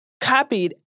copied